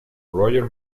roger